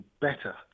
better